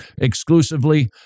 Exclusively